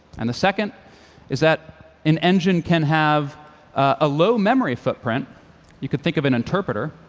and the second is that an engine can have a low memory footprint you could think of an interpreter,